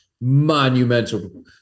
monumental